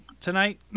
tonight